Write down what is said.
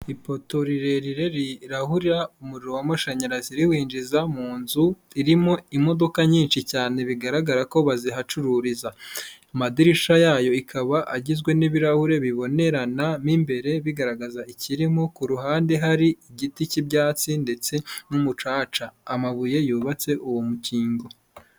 Ipoto rirerire rirahura umuriro w'amashanyarazi winjiza mu nzu irimo imodoka nyinshi cyane bigaragara ko bazihacururiza, amadirisha yayo ikaba agizwe n'ibirahure bibonerana mu imbere bigaragaza ikirimo, ku ruhande hari igiti cy'ibyatsi ndetse n'umucaca, amabuye yubatse uwo mukingo.